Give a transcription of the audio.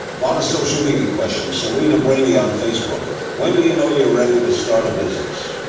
lot of social media questions. serena brahney on facebook when do you know you're ready to start a business?